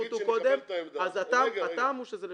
הטעם הוא שזה לשם.